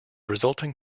resulting